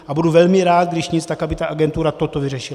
A budu rád, když nic, tak aby ta agentura toto vyřešila.